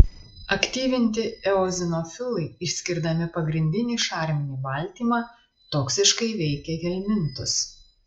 aktyvinti eozinofilai išskirdami pagrindinį šarminį baltymą toksiškai veikia helmintus